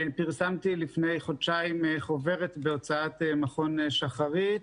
לפני חודשיים פרסמתי חוברת בהוצאת מכון שחרית,